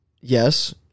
Yes